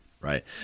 right